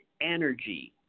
energy